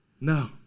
No